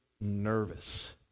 nervous